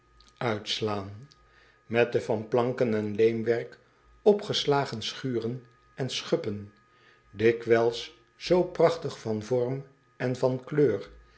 slaan met de van planken en leemwerk opgeslagen schuren en schöppen dikwijls zoo prachtig van vorm en van kleur